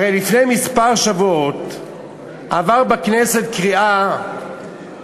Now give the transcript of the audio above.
הרי לפני כמה שבועות עבר בכנסת תיקון